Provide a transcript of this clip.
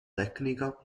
tecnica